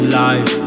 life